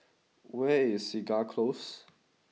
where is Segar Close